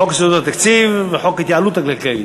חוק יסודות התקציב וחוק ההתייעלות הכלכלית.